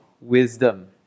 Wisdom